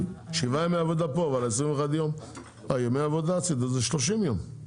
ימי עבודה עשית אז זה 30 ימים.